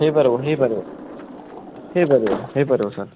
ହେଇପାରିବ ହେଇପାରିବ ହେଇପାରିବ ହେଇପାରିବ ସାର୍